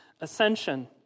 ascension